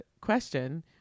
Question